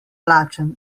lačen